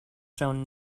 shown